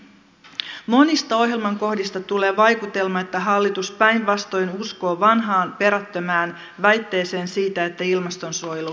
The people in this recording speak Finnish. monista ohjelman kohdista tulee vaikutelma että hallitus päinvastoin uskoo vanhaan perättömään väitteeseen siitä että ilmastonsuojelu uhkaisi kilpailukykyä